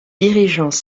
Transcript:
dirigeants